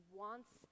wants